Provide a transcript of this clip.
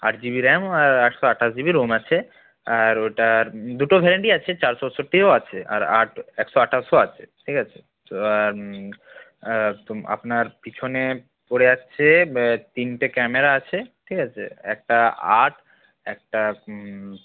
আট GB RAM আর একশো আঠাশ জিবি রম আছে আর ওটার দুটো ভ্যরাইটি আছে চার চৌষট্টিও আছে আর আট একশো আঠাশও আছে ঠিক আছে তো আর আপনার পিছনে পড়ে যাচ্ছে তিনটে ক্যামেরা আছে ঠিক আছে একটা আট একটা